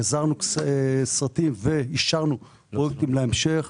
גזרנו שם סרטים ואישרנו פרויקטים להמשך.